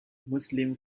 muslim